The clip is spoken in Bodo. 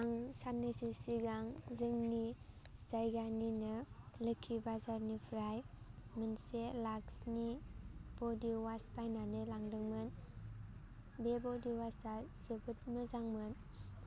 आं सान्नैसो सिगां जोंनि जायगानिनो लोख्खि बाजारनिफ्राय मोनसे लाक्सनि बडि अवास बायनानै लांदोंमोन बे बडि अवासा जोबोद मोजांमोन